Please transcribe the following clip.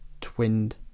twinned